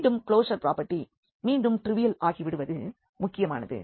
மீண்டும் closure property மீண்டும் trivial ஆகிவிடுவது முக்கியமானது